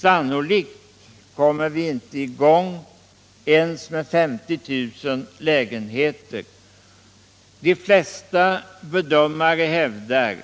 Sannolikt kommer vi inte i gång ens med 50 000 lägenheter. De flesta bedömare hävdar